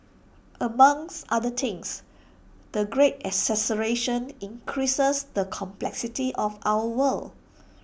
among other things the great acceleration increases the complexity of our world